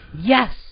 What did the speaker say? Yes